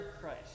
Christ